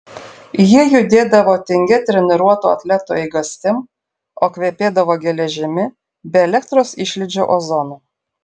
jie judėdavo tingia treniruotų atletų eigastim o kvepėdavo geležimi bei elektros išlydžių ozonu